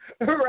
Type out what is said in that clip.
right